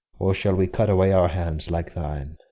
or shall we cut away our hands like thine?